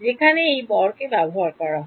যেখানে এই ভরকে ব্যবহার করা হয়